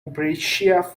brescia